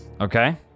Okay